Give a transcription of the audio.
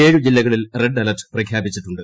ഏഴു ജില്ലകളിൽ red alert പ്രഖ്യാപിച്ചിട്ടുണ്ട്